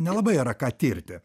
nelabai yra ką tirti